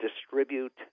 distribute